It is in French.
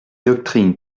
doctrine